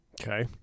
Okay